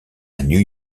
new